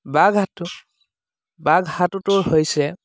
বাঘ সাঁতোৰ বাঘ সাঁতোৰটো হৈছে